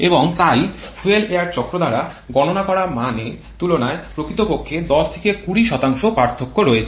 এবং তাই fuel air চক্র দ্বারা গণনা করা মানের তুলনায় প্রকৃত পক্ষে ১০ থেকে ২০ পার্থক্য রয়েছে